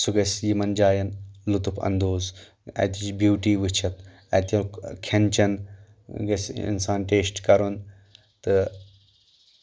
سُہ گژھِ یِمن جاٮ۪ن لُطف اندوز اتِچ یہِ بیوٗٹی وٕچھِتھ اتیُک کھٮ۪ن چٮ۪ن گژھِ انسان ٹیسٹ کرُن تہٕ